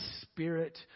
spirit